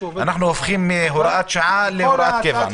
--- אנחנו הופכים מהוראת שעה להוראת קבע,